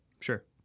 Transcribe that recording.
Sure